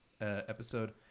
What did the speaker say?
episode